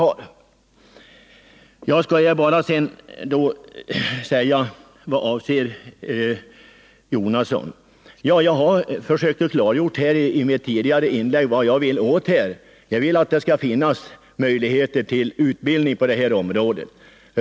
Jag har i mitt tidigare inlägg försökt klargöra vart jag vill komma med min fråga. Jag vill att det skall finnas möjligheter till utbildning på det här området.